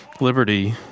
liberty